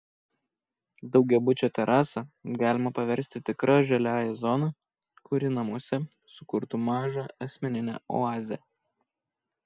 daugiabučio terasą galima paversti tikra žaliąja zona kuri namuose sukurtų mažą asmeninę oazę